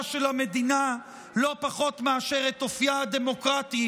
של המדינה לא פחות מאשר את אופייה הדמוקרטי,